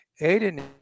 Aiden